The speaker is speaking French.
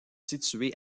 située